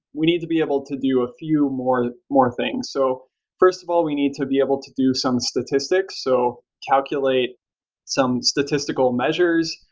we need to be able to do a few more more things. so first of all, we need to be able to do some statistics. so calculate some statistical measures.